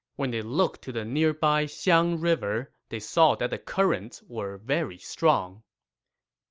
when they looked to the nearby xiang river, they saw that the currents were very strong